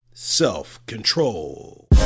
Self-Control